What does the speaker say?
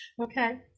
Okay